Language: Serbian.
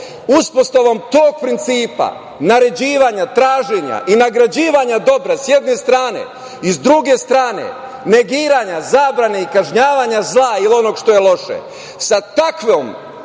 uspostavom tog principa, naređivanja, traženja i nagrađivanja dobra, s jedne strane, i, s druge strane, negiranja zabrane i kažnjavanja zla i onog što je loše,